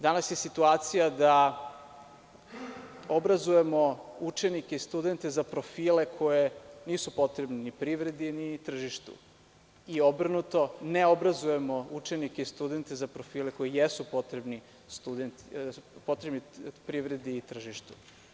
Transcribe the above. Danas je situacija da obrazujemo učenike, studente za profile koji nisu potrebni privredi, ni tržištu i obrnuto, ne obrazujemo učenike i studente za profile koji jesu potrebni privredi i tržištu.